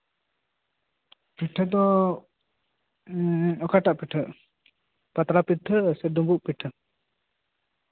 ᱯᱤᱴᱷᱟᱹ ᱫᱚ ᱚᱠᱟᱴᱟᱜ ᱯᱤᱴᱷᱟᱹ ᱯᱟᱛᱲᱟ ᱯᱤᱴᱷᱟᱹ ᱥᱮ ᱰᱩᱢᱵᱩᱜ ᱯᱤᱴᱷᱟᱹ